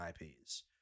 IPs